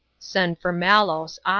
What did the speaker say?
send for malos,